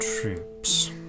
troops